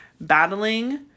battling